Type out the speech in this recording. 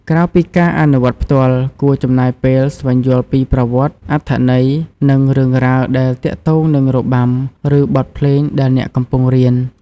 ក្រៅពីការអនុវត្តផ្ទាល់ គួរចំណាយពេល ស្វែងយល់ពីប្រវត្តិ អត្ថន័យ និងរឿងរ៉ាវដែលទាក់ទងនឹងរបាំ ឬបទភ្លេងដែលអ្នកកំពុងរៀន។